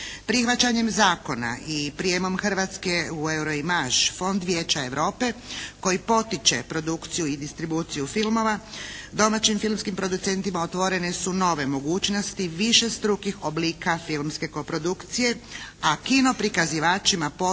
Prihvaćanjem zakona i prijemom Hrvatske u Euro Image Fond vijeća Europe koji potiče produkciju i distribuciju filmova, domaćim filmskim producentima otvorene su nove mogućnosti višestrukih oblika filmske koprodukcije, a kino prikazivačima potpore